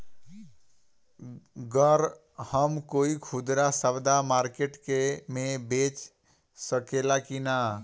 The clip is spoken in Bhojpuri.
गर हम कोई खुदरा सवदा मारकेट मे बेच सखेला कि न?